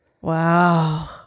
Wow